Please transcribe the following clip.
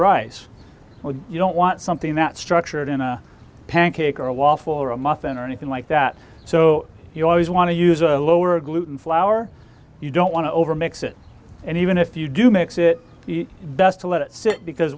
when you don't want something that structured in a pancake or a wall for a muffin or anything like that so you always want to use a lower gluten flour you don't want to over mix it and even if you do mix it best to let it sit because